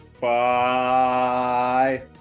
Bye